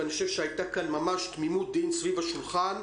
ואני חושב שהייתה כאן ממש תמימות-דעים סביב השולחן,